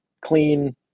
clean